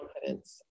confidence